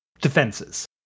defenses